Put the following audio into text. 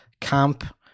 camp